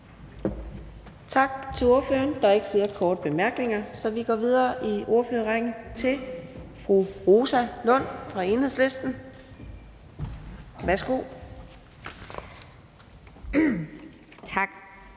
tak til ordføreren. Der er ikke flere korte bemærkninger, så vi går videre i ordførerrækken til hr. Steffen Larsen, Liberal Alliance. Værsgo. Kl.